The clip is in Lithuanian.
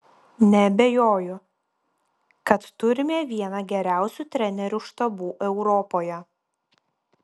neabejoju kad turime vieną geriausių trenerių štabų europoje